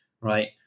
right